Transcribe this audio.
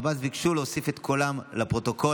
עבאס ביקשו להוסיף את קולם לפרוטוקול.